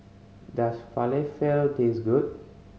does Falafel taste good